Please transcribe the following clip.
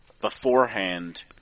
beforehand